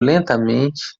lentamente